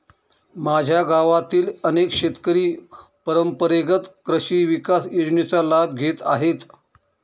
माझ्या गावातील अनेक शेतकरी परंपरेगत कृषी विकास योजनेचा लाभ घेत आहेत